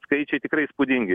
skaičiai tikrai įspūdingi